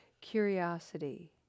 curiosity